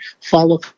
follow